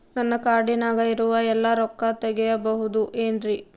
ನನ್ನ ಕಾರ್ಡಿನಾಗ ಇರುವ ಎಲ್ಲಾ ರೊಕ್ಕ ತೆಗೆಯಬಹುದು ಏನ್ರಿ?